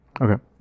Okay